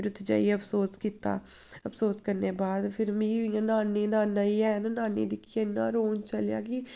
फिर उत्थै जाइयै अफसोस कीता अफसोस करने दे बाद फिर मी इ'यां नानी नाना जी हैन नानी गी दिक्खियै इन्ना रोन चलेआ कि